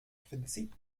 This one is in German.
prinzip